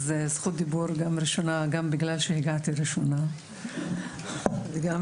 הזכות לדבר ראשונה מגיעה לי גם בגלל שהגעתי ראשונה,